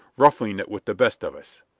ruffling it with the best of us!